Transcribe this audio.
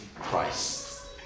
Christ